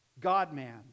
God-man